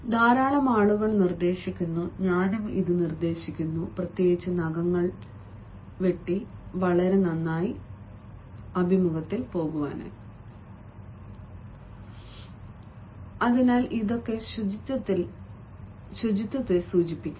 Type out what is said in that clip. ധാരാളം ആളുകൾ നിർദ്ദേശിക്കുന്നു ഞാനും ഇത് നിർദ്ദേശിക്കുന്നു പ്രത്യേകിച്ച് നഖങ്ങൾ വെട്ടിമാറ്റാൻ കൂടുതൽ ശ്രദ്ധിക്കാത്ത ചെറുപ്പക്കാർ